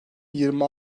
yirmi